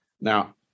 Now